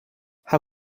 how